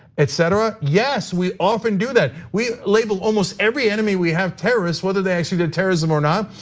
etc? yes, we often do that. we label almost every enemy we have terrorists, whether they actually did terrorism or not.